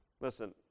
Listen